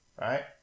right